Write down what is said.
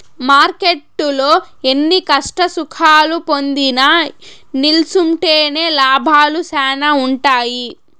మార్కెట్టులో ఎన్ని కష్టసుఖాలు పొందినా నిల్సుంటేనే లాభాలు శానా ఉంటాయి